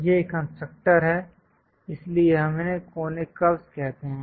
ये कंस्ट्रक्टर हैं इसलिए हम इन्हें कोनिक कर्व्स कहते हैं